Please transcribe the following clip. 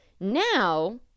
Now